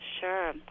Sure